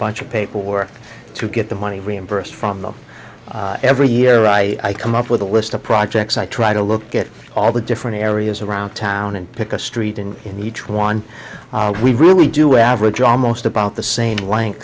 bunch of paperwork to get the money reimbursed from the every year i come up with a list of projects i try to look at all the different areas around town and pick a street and in each one we really do average almost about the same length